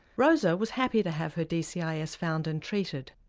rosa was happy to have her dcis found and treated.